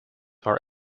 are